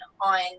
on